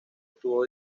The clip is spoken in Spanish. tuvo